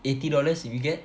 eighty dollars if you get